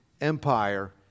Empire